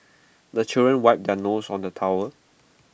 the children wipe their noses on the towel